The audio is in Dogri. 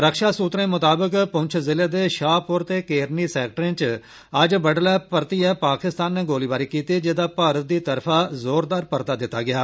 रक्षा सूत्रें मुताबक पुंछ जिले दे शाहपुर ते केरनी सैक्टरें च अज्ज बड्डले परतियै पाकिस्तान नै गोलीबारी कीती जेदा भारत दी तरफा जोरदार परता दिता गेआ